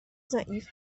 ضعیف